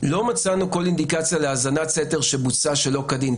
לא מצאנו כל אינדיקציה להאזנת סתר שבוצעה שלא כדין,